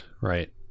right